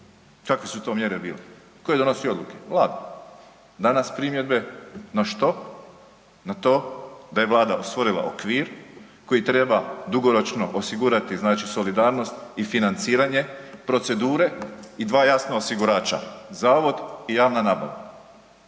Kakve su to mjere bile? Tko je donosio odluke? Vlada. Danas primjedbe, na što? Na to da je vlada stvorila okvir koji treba dugoročno osigurati, znači solidarnost i financiranje procedure i dva jasna osigurača, zavod i javna nabava.